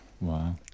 Wow